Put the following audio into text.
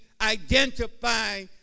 identify